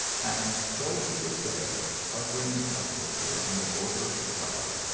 and so he was there, hovering restlessly on the border of the crowd,